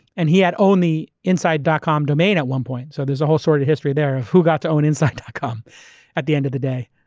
and he had owned the inside. ah com domain at one point so there's a whole sort of history there of who got to own inside. ah com at the end of the day.